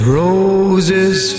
roses